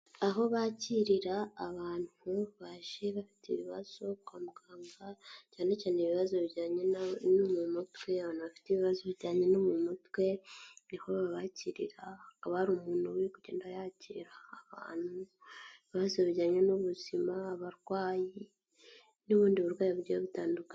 Aho bakirira abantu baje bafite ibibazo kwa muganga, cyane cyane ibibazo bijyanye no mu mutwe, abantu bafite ibibazo bijyanye no mu mutwe, ni ho babakirira, hakaba hari umuntu uri kugenda yakira abantu, ibibazo bijyanye n'ubuzima, abarwayi n'ubundi burwayi bugiye butandukanye.